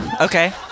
Okay